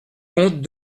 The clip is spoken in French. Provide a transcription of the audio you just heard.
contes